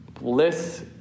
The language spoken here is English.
bliss